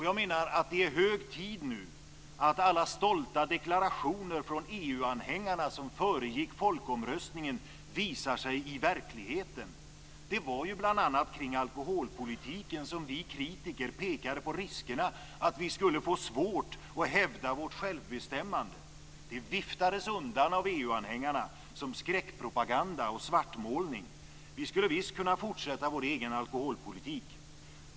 Jag menar att det är hög tid nu att alla stolta deklararationer från EU-anhängarna som föregick folkomröstningen visar sig i verkligheten. Det var ju bl.a. kring alkoholpolitiken som vi kritiker pekade på riskerna för att Sverige skulle få svårt att hävda sitt självbestämmande. Det viftades undan av EU anhängarna som skräckpropaganda och svartmålning - Sverige skulle visst kunna fortsätta föra sin egen alkoholpolitik.